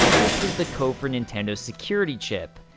which was the code for nintendo's security chip.